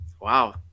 wow